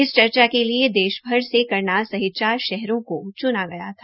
इस चर्चा के लिए देशभर से करनाल सहित चार शहरों को च्ना गया था